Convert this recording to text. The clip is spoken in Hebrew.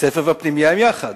שבית-הספר והפנימייה הם יחד,